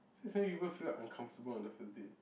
say some people feel uncomfortable on the first date